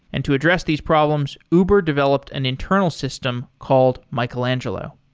and to address these problems, uber developed an internal system called michelangelo.